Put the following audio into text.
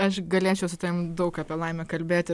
aš galėčiau su tavim daug apie laimę kalbėti